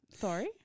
Sorry